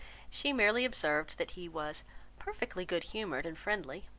she merely observed that he was perfectly good humoured and friendly.